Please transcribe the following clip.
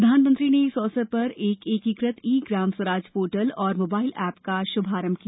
प्रधानमंत्री ने इस अवसर पर एक एकीकृत ई ग्राम स्वराज पोर्टल और मोबाइल ऐप का श्भारंभ किया